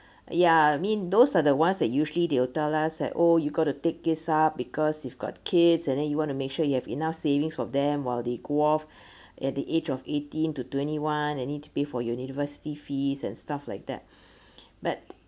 ya I mean those are the ones that usually they'll tell us at oh you got to take it up because you've got kids and then you want to make sure you have enough savings for them while they go off at the age of eighteen to twenty one you need to pay for university fees and stuff like that but